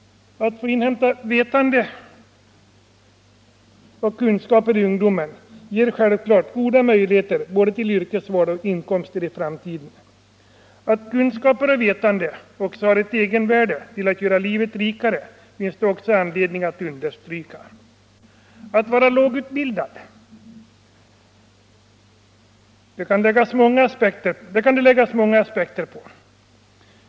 Att få inhämta vetande och kunskaper i ungdomen ger självfallet goda möjligheter både till yrkesval och goda inkomster i framtiden. Att kunskaper och vetande också har ett egenvärde genom att göra livet rikare finns det anledning att understryka. Det kan läggas många aspekter på den lågutbildades situation.